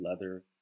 leather